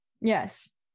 Yes